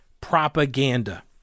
propaganda